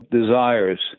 desires